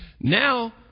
Now